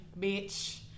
bitch